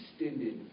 extended